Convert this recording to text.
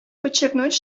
подчеркнуть